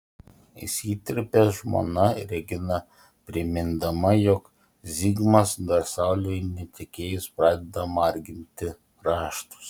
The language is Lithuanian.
įsiterpia žmona regina primindama jog zigmas dar saulei netekėjus pradeda marginti raštus